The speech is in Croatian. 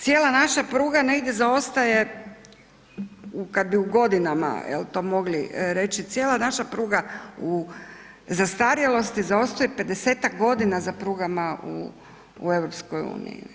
Cijela naša pruga negdje zaostaje, kada bi u godinama to mogli reći, cijeli naša pruga u zastarjelosti zaostaje pedesetak godina za prugama u EU.